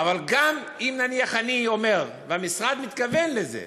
אבל גם אם נניח אני אומר, והמשרד מתכוון לזה,